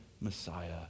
Messiah